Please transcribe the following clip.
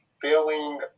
feeling